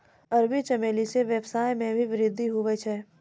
अरबी चमेली से वेवसाय मे भी वृद्धि हुवै छै